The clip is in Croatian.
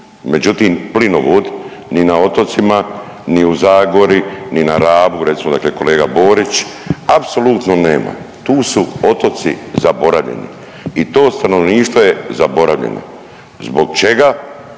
Međutim, plinovod ni na otocima, ni u Zagori, ni na Rabu, recimo dakle kolega Borić apsolutno nema, tu su otoci zaboravljeni i to stanovništvo je zaboravljeno. Zbog čega?